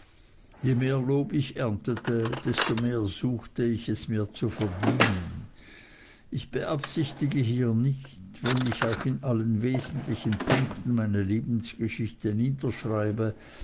je mehr lob ich erntete desto mehr suchte ich es mir zu verdienen ich beabsichtige hier nicht wenn ich auch in allen wesentlichen punkten meine lebensgeschichte